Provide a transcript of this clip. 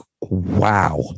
wow